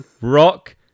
rock